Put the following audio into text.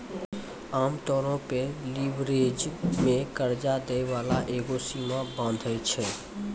आमतौरो पे लीवरेज मे कर्जा दै बाला एगो सीमा बाँधै छै